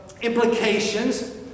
implications